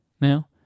now